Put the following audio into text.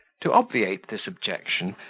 to obviate this objection,